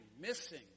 missing